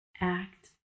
Act